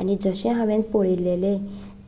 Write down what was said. आनी जशे हांवें पळोयलेले